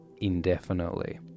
Indefinitely